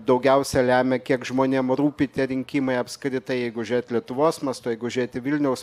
daugiausia lemia kiek žmonėm rūpi tie rinkimai apskritai jeigu žiūrėt lietuvos mastu jeigu žiūrėti vilniaus